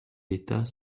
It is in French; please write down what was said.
l’état